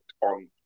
on